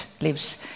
lives